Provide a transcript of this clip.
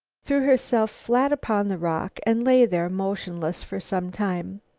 threw herself flat upon the rock and lay there motionless for some time.